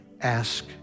ask